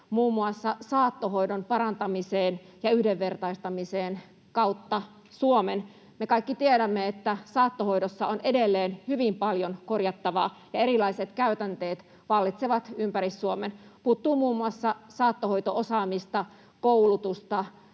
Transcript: muun muassa saattohoidon parantamiseen ja yhdenvertaistamiseen kautta Suomen? Me kaikki tiedämme, että saattohoidossa on edelleen hyvin paljon korjattavaa ja erilaiset käytänteet vallitsevat ympäri Suomen: puuttuu muun muassa saattohoito-osaamista, koulutusta